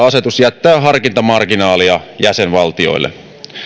asetus jättää harkintamarginaalia jäsenvaltioille